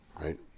right